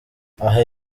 aha